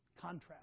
contrast